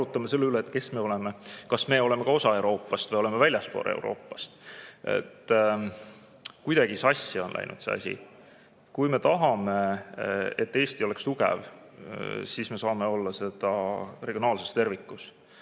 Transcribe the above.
ja arutame selle üle, kes me oleme. Kas me oleme ka osa Euroopast või oleme väljaspool Euroopat? Kuidagi sassi on läinud see asi. Kui me tahame, et Eesti oleks tugev, siis me saame olla seda regionaalses tervikus,